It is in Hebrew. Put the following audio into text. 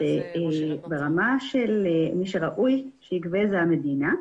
שראוי שהמדינה תגבה.